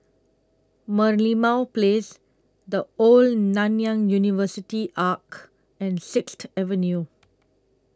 Merlimau Place The Old Nanyang University Arch and Sixth Avenue